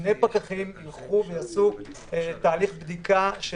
ששני פקחים ילכו ויעשו תהליך בדיקה של